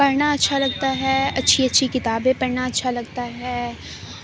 پڑھنا اچھا لگتا ہے اچھی اچھی کتابیں پڑھنا اچھا لگتا ہے